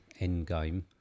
Endgame